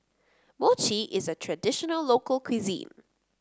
mochi is a traditional local cuisine